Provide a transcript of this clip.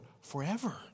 forever